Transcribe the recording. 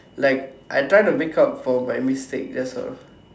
like I trying to make up for my mistake that's all